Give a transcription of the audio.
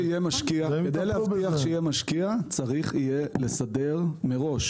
כדי להבטיח שיהיה משקיע צריך יהיה לסדר מראש